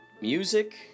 music